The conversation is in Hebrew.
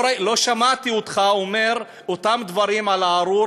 לא שמעתי אותך אומר אותם דברים על הארור